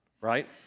right